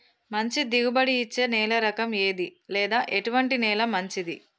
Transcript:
మంచి దిగుబడి ఇచ్చే నేల రకం ఏది లేదా ఎటువంటి నేల మంచిది?